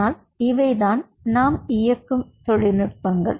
ஆனால் இவை தான் நாம் இயக்கும் தொழில்நுட்பங்கள்